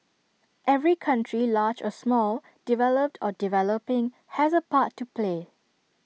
every country large or small developed or developing has A part to play